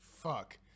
fuck